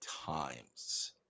times